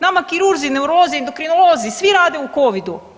Nama kirurzi, neurolozi, endokrinolozi svi rade u Covidu.